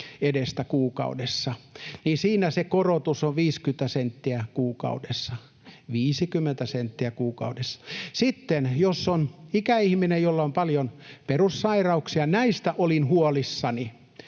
edestä kuukaudessa, niin siinä se korotus on 50 senttiä kuukaudessa — 50 senttiä kuukaudessa. Sitten jos on ikäihminen, jolla on paljon perussairauksia, ja heistä olin huolissani